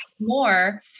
more